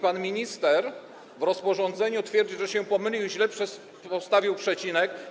Pan minister w rozporządzeniu twierdzi, że się pomylił i źle postawił przecinek.